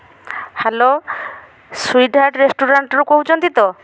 hello sweet heart ରେଷ୍ଟୁରାଣ୍ଟ୍ରୁ କହୁଛନ୍ତି ତ